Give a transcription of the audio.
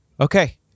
Okay